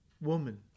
woman